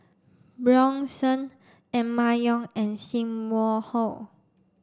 Bjorn Shen Emma Yong and Sim Wong Hoo